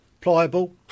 Pliable